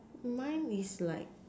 mine is like